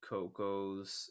Coco's